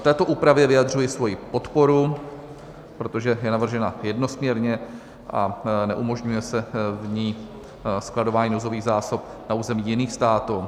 Této úpravě vyjadřuji svoji podporu, protože je navržena jednosměrně a neumožňuje se v ní skladování nouzových zásob na území jiných států.